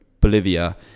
Bolivia